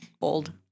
old